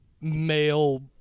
male